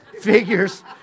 Figures